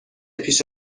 پیش